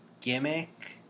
gimmick